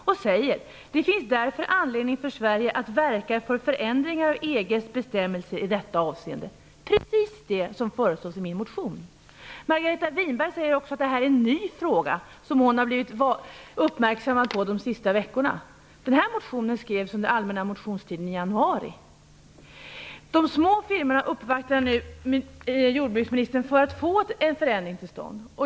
Hon sade då: "Det finns därför anledning för Sverige att verka för förändringar i EG:s bestämmelser i detta avseende." Det är ju precis detta som föreslås i min motion! Margareta Winberg sade också att detta var en ny fråga som hon hade blivit uppmärksammad på under de senaste veckorna. Jag skrev min motion under den allmänna motionstiden i januari. De små firmorna uppvaktar nu jordbruksministern för att få en förändring till stånd.